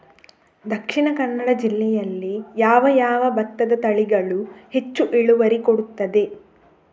ದ.ಕ ಜಿಲ್ಲೆಯಲ್ಲಿ ಯಾವ ಯಾವ ಭತ್ತದ ತಳಿಗಳು ಹೆಚ್ಚು ಇಳುವರಿ ಕೊಡುತ್ತದೆ?